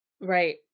right